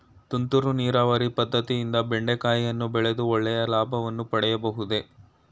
ತುಂತುರು ನೀರಾವರಿ ಪದ್ದತಿಯಿಂದ ಬೆಂಡೆಕಾಯಿಯನ್ನು ಬೆಳೆದು ಒಳ್ಳೆಯ ಲಾಭವನ್ನು ಪಡೆಯಬಹುದೇ?